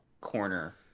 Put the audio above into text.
corner